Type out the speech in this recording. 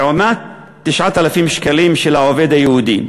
לעומת 9,000 שקלים של עובד יהודי,